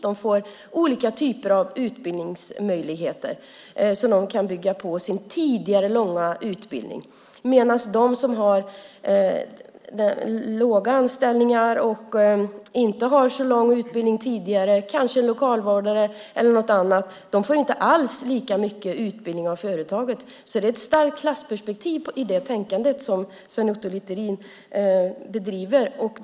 De får olika typer av utbildningsmöjligheter så att de kan bygga på sin tidigare långa utbildning. Men de på låga anställningar som inte har så lång utbildning sedan tidigare - kanske lokalvårdare - får inte alls lika mycket utbildning av företaget, så det finns ett starkt klassperspektiv i Sven Otto Littorins tänkande.